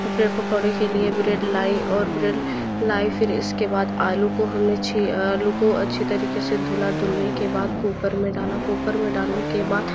bread पकौड़े के लिए ब्रेड लाईं और ब्रेल लाई फ़िर इसके बाद आलू को हमने आलू को अच्छी तरीके से धुला धुलने के बाद कूकर में डाला कूकर में डालने के बाद